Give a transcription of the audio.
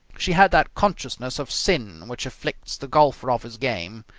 she had that consciousness of sin which afflicts the golfer off his game,